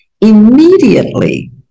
immediately